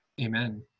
Amen